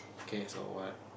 K so what